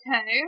Okay